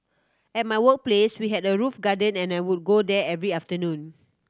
at my workplace we had a roof garden and I would go there every afternoon